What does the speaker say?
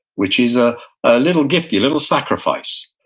which is ah a little gifty, a little sacrifice.